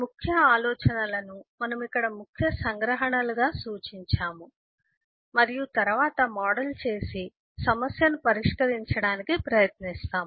ముఖ్య ఆలోచనలను మనము ఇక్కడ ముఖ్య సంగ్రహణలుగా సూచించాము మరియు తరువాత మోడల్ చేసి సమస్యను పరిష్కరించడానికి ప్రయత్నిస్తాము